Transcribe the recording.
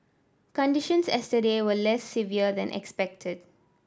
conditions yesterday were less severe than expected